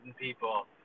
people